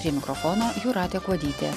prie mikrofono jūratė kuodytė